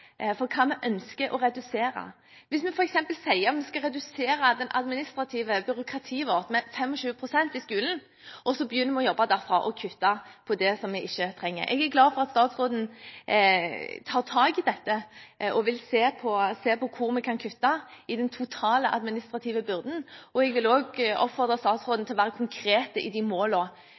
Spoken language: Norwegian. for hva vi ønsker å redusere. Vi kan f.eks. si at vi skal redusere det administrative byråkratiet vårt med 25 pst. i skolen og så begynne å jobbe derfra og kutte på det som vi ikke trenger. Jeg er glad for at statsråden tar tak i dette og vil se på hvor vi kan kutte i den totale administrative byrden. Jeg vil også oppfordre statsråden til å være konkret i de